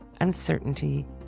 uncertainty